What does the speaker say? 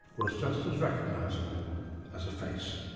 was just as recognisable as a face.